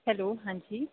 hello ਹਾਂਜੀ